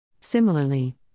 Similarly